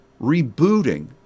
rebooting